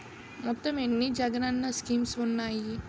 మొత్తం ఎన్ని జగనన్న స్కీమ్స్ ఉన్నాయి?